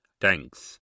Thanks